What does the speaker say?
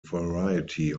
variety